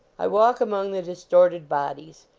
i walk among the distorted bodies.